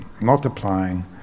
multiplying